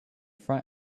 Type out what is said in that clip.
front